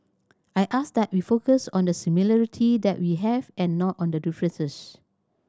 I ask that we focus on the similarity that we have and not on the differences